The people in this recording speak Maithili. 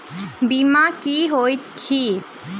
बीमा की होइत छी?